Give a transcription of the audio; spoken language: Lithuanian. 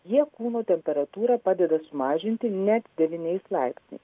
jie kūno temperatūrą padeda sumažinti net devyniais laipsniais